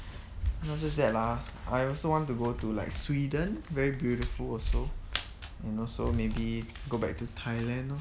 not just that lah I also want to go to like sweden very beautiful also you know so maybe go back to thailand